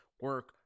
Work